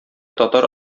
татар